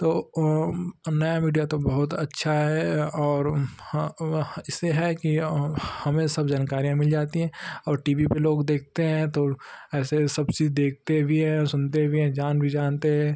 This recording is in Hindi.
तो नया मीडिया तो बहुत अच्छा है और हाँ इससे है कि हमें सब जानकारियाँ मिल जाती हैं और टी वी पर लोग देखते हैं तो ऐसे सब चीज़ देखते भी हैं और सुनते भी हैं जान भी जानते हैं